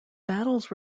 battles